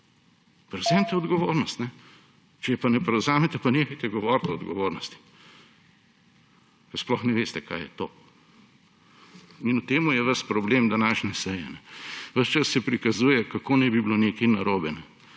Prevzemite odgovornost. Če je pa ne prevzamete, pa nehajte govoriti o odgovornosti, ker sploh ne veste, kaj je to. In v tem je ves problem današnje seje. Ves čas se prikazuje, kako naj bi bilo nekaj narobe,